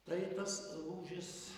tai tas lūžis